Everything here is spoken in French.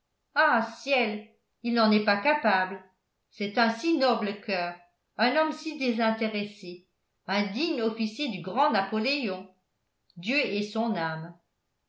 ah ciel il n'en est pas capable c'est un si noble coeur un homme si désintéressé un digne officier du grand napoléon dieu ait son âme